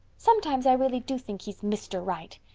sometimes i really do think he's mr. right.